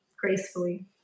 gracefully